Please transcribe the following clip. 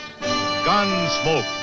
Gunsmoke